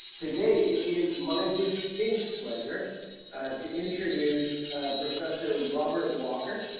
today it is my distinct pleasure to introduce professor robert walker.